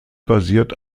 basiert